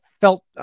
felt